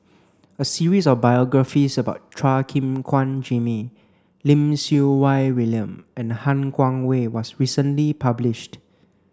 a series of biographies about Chua Gim Guan Jimmy Lim Siew Wai William and Han Guangwei was recently published